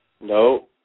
No